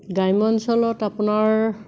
গ্ৰাম্য অঞ্চলত আপোনাৰ